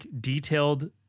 detailed